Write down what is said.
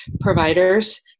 providers